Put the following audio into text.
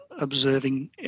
observing